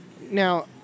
Now